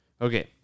Okay